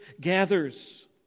gathers